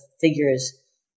figures